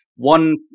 one